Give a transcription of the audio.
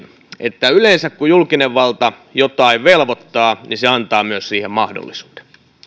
että yleensä kun julkinen valta jotain velvoittaa niin se antaa myös siihen mahdollisuuden